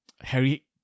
Harry